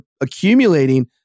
accumulating